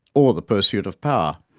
or the pursuit of power.